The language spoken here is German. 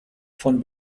von